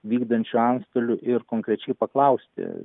vykdančiu antstoliu ir konkrečiai paklausti